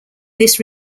this